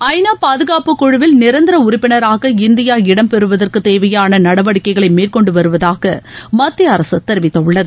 ஐநா பாதுகாப்புக் குழுவில் நிரந்தர உறுப்பினராக இந்தியா இடம்பெறுவதற்கு தேவையான நடவடிக்கைகளை மேற்கொண்டுவருவதாக மத்திய அரசு தெரிவித்துள்ளது